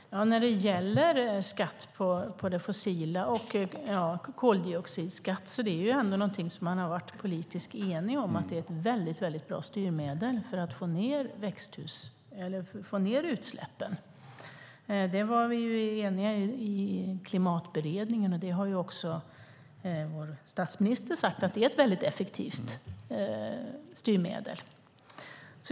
Herr talman! När det gäller skatt på det fossila och koldioxidskatt har man varit politiskt enig om att det är väldigt bra styrmedel för att få ned utsläppen. Det var vi eniga om i Klimatberedningen, och vår statsminister har också sagt att det är ett effektivt styrmedel.